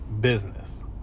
business